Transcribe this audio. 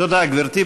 תודה, גברתי.